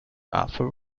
arthur